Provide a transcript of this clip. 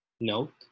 Note